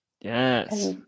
Yes